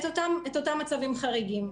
את אותם מצבים חריגים.